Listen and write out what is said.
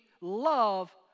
love